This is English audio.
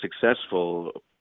successful